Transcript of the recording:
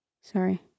Sorry